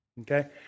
Okay